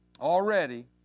already